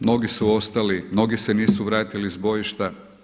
Mnogi su ostali, mnogi se nisu vratili s bojišta.